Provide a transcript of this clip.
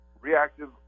Reactive